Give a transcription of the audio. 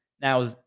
now